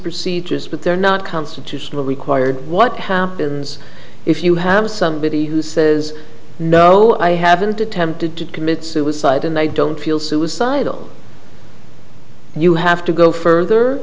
procedures but they're not constitutionally required what happens if you have somebody who says no i haven't attempted to commit suicide and i don't feel suicidal you have to go further